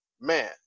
man